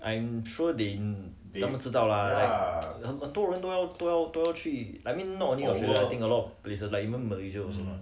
I am sure they 他们知道 lah 很多人都要都要去 I mean not regarding lot of places like even malaysia also what